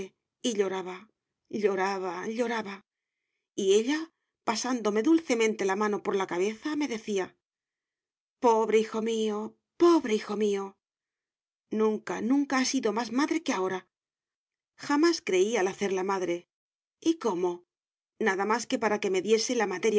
y lloraba lloraba lloraba y ella pasándome dulcemente la mano por la cabeza me decía pobre hijo mío pobre hijo mío nunca nunca ha sido más madre que ahora jamás creí al hacerla madre y cómo nada más que para que me diese la materia